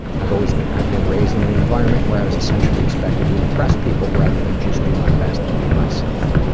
i've always been i've been raised in an environment where i was essentially expected to impress people rather than just do my best and be myself.